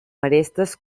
arestes